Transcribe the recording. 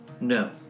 No